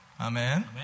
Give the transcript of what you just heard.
Amen